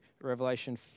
Revelation